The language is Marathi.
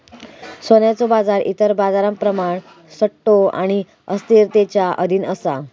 सोन्याचो बाजार इतर बाजारांप्रमाण सट्टो आणि अस्थिरतेच्या अधीन असा